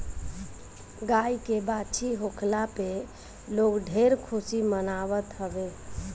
गाई के बाछी होखला पे लोग ढेर खुशी मनावत हवे